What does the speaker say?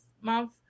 month